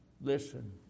Listen